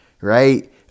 right